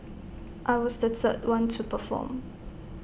I was the third one to perform